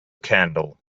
candle